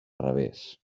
revés